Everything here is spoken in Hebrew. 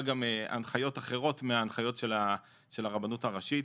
הנחיות אחרות מההנחיות של הרבנות הראשית.